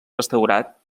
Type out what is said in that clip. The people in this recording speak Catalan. restaurat